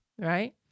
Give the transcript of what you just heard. right